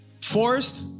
forest